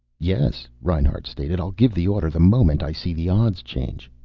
yes, reinhart stated. i'll give the order the moment i see the odds change.